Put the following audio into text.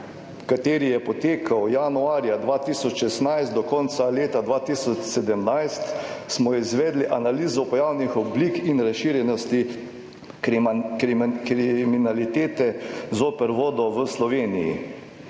kateri je potekal januarja 2016 do konca leta 2017, smo izvedli analizo pojavnih oblik in razširjenosti kriminalitete zoper vodo v Sloveniji.